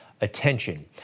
attention